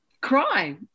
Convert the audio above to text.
cry